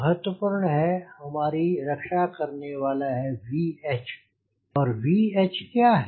महत्वपूर्ण है कि हमारी रक्षा करने वाला है VH और VH क्या है